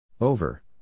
Over